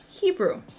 Hebrew